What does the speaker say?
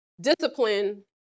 discipline